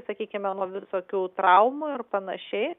sakykime nuo visokių traumų ir panašiai